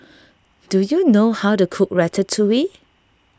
do you know how to cook Ratatouille